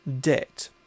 debt